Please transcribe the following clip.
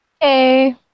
Hey